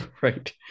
Right